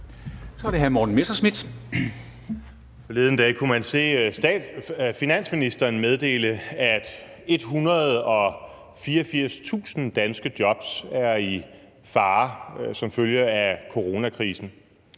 Kl. 10:44 Morten Messerschmidt (DF): Forleden dag kunne man høre finansministeren meddele, at 184.000 danske jobs er i fare som følge af coronakrisen.